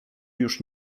już